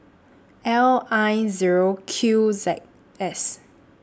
L I Zero Q Z S